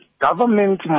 government